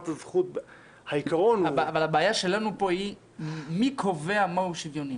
אבל הבעיה שלנו פה היא מי קובע מהו שוויוני.